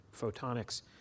Photonics